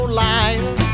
liar